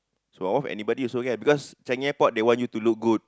Sembawang Wharf anybody also can because Changi Airport they want you to look good